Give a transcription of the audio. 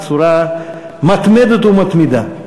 בצורה מתמדת ומתמידה.